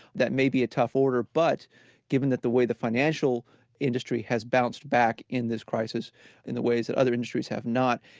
that may be a tough order, but given that the way the financial industry has bounced back in this crisis in the ways that other industries have not,